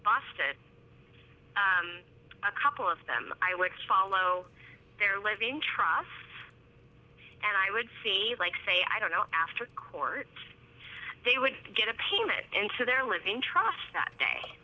busted a couple of them i would follow their lead in trust and i would say like say i don't know after court they would get a payment into their living trust that day